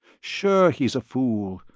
sure he's a fool,